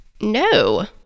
no